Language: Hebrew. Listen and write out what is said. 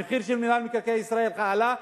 המחיר של מינהל מקרקעי ישראל עלה,